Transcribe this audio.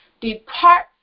depart